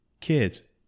Kids